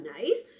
nice